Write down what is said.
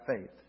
faith